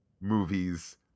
movies